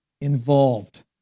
involved